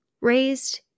raised